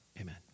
Amen